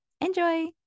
Enjoy